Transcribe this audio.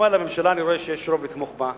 כמובן לממשלה, אני רואה, יש רוב לתמוך בה.